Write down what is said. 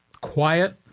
quiet